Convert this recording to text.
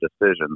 decisions